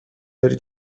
داری